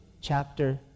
chapter